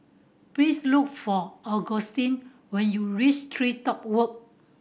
please look for Augustin when you reach TreeTop Walk